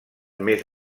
més